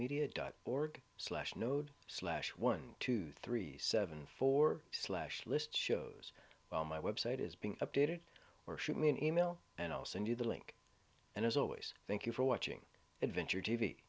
media dot org slash node slash one two three seven four slash list shows well my website is being updated or shoot me an email and i'll send you the link and as always thank you for watching adventure t